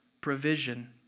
provision